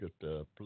good